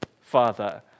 father